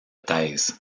thèse